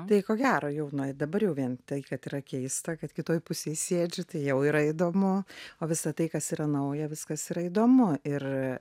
tai ko gero jau dabar jau vien tai kad yra keista kad kitoj pusėj sėdžiu tai jau yra įdomu o visa tai kas yra nauja viskas yra įdomu ir